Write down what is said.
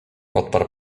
odparł